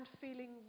feeling